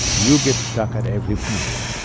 you get stuck at every point.